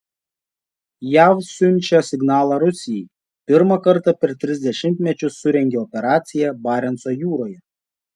jav siunčia signalą rusijai pirmą kartą per tris dešimtmečius surengė operaciją barenco jūroje